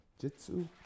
Jitsu